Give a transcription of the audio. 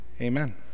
Amen